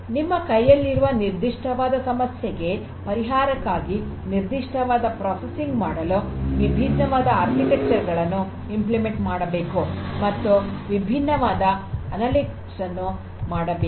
ನಿಮ್ಮ ಕೈಯಲ್ಲಿರುವ ನಿರ್ದಿಷ್ಟವಾದ ಸಮಸ್ಯೆಗೆ ಪರಿಹಾರಕ್ಕಾಗಿ ನಿರ್ದಿಷ್ಟವಾದ ಪ್ರೊಸೆಸಿಂಗ್ ಮಾಡಲು ವಿಭಿನ್ನವಾದ ವಾಸ್ತುಶಿಲ್ಪಗಳನ್ನು ಅನುಷ್ಠಾನ ಮಾಡಬೇಕು ಮತ್ತು ವಿಭಿನ್ನವಾದ ಅನಲಿಟಿಕ್ಸ್ ಅನ್ನು ಮಾಡಬೇಕು